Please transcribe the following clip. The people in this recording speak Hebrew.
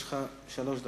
יש לך שלוש דקות.